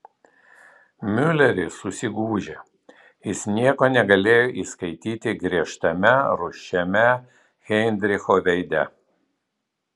miuleris susigūžė jis nieko negalėjo įskaityti griežtame rūsčiame heidricho veide